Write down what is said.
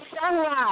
sunrise